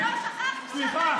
סליחה,